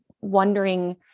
wondering